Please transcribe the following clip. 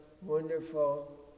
wonderful